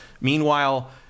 meanwhile